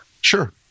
Sure